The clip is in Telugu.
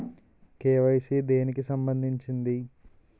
కే.వై.సీ దేనికి సంబందించింది?